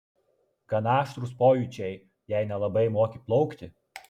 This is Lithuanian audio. gan aštrūs pojūčiai jei nelabai moki plaukti